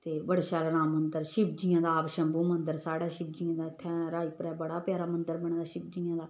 ते बड़े शैल राम मंदर शिवजियें दा आपशंभू मंदर साढ़ै शिवजियें दा इत्थै रायपुरै बड़ा प्यारा मंदर बने दा शिवजियें दा